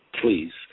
please